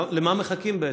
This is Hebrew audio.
למה מחכים בעצם?